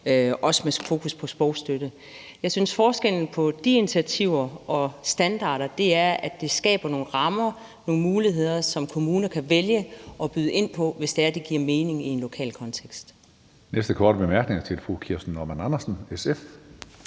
også med fokus på sprogstøtte. Jeg synes, at forskellen på de initiativer og standarder er, at det skaber nogle rammer og nogle muligheder, som kommuner kan vælge at byde ind på, hvis det giver mening i en lokal kontekst. Kl. 19:22 Tredje næstformand (Karsten